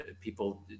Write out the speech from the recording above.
people